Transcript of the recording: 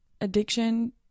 addiction